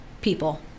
people